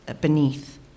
beneath